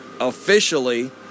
officially